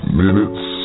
minutes